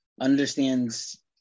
understands